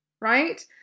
right